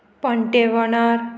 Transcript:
पंटेवनार